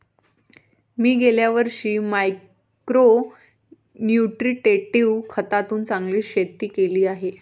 मी गेल्या वर्षी micro nutritive खतातून चांगले शेती केली आहे